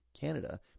Canada